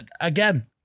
again